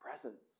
presence